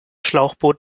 schlauchboot